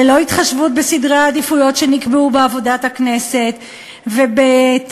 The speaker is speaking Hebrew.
ללא התחשבות בסדרי העדיפויות שנקבעו בעבודת הכנסת ובתוצאות